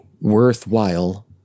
worthwhile